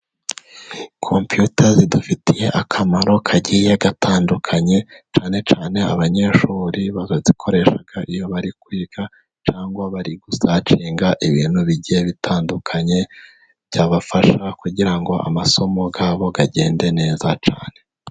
Kompiyuta zidufitiye akamaro kagiye gatandukanye cyane cyane abanyeshuri bazikoresha iyo bari kwiga, cyangwa bari kusacinga ibintu bigiye bitandukanye byabafasha, kugira ngo amasomo yabo agende neza cyane.